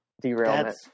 derailment